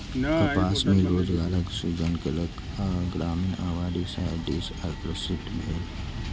कपास मिल रोजगारक सृजन केलक आ ग्रामीण आबादी शहर दिस आकर्षित भेल